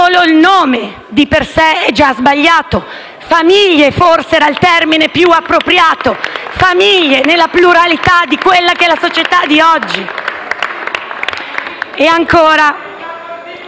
solo il nome è di per sé sbagliato: «famiglie» forse era il termine più appropriato. Famiglie, nella pluralità di quella che è la società di oggi. *(Applausi